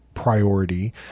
priority